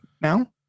now